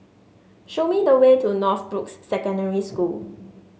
show me the way to Northbrooks Secondary School